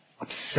obsessed